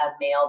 male